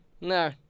No